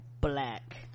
black